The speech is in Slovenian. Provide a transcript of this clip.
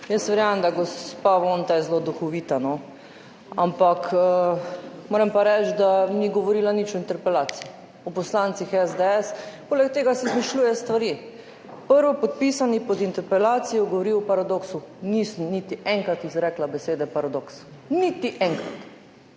Verjamem, da je gospa Vonta zelo duhovita, ampak moram pa reči, da ni govorila nič o interpelaciji. O poslancih SDS. Poleg tega si izmišljuje stvari: prvopodpisani pod interpelacijo govori o paradoksu. Niti enkrat nisem izrekla besede paradoks. Niti enkrat.